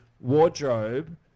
wardrobe